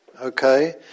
Okay